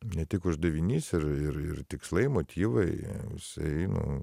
ne tik uždavinys ir ir ir tikslai motyvai jisai nu